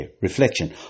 reflection